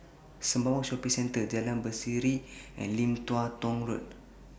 Sembawang Shopping Centre Jalan Berseri and Lim Tua Tow Road